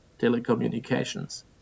telecommunications